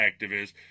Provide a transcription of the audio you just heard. activist